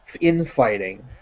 infighting